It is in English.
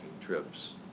trips